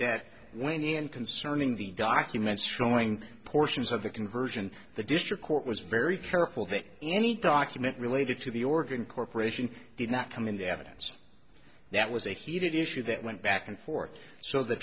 that when in concerning the documents showing portions of the conversion the district court was very careful that any document related to the oregon corporation did not come into evidence that was a heated issue that went back and forth so the